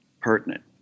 pertinent